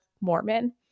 Mormon